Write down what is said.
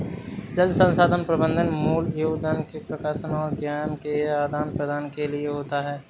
जल संसाधन प्रबंधन मूल योगदान के प्रकाशन और ज्ञान के आदान प्रदान के लिए होता है